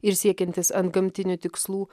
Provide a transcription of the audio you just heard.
ir siekiantis antgamtinių tikslų